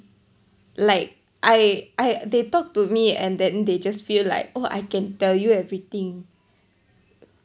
like I I they talk to me and then they just feel like oh I can tell you everything